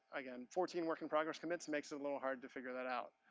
again fourteen work in progress commits makes it a little hard to figure that out.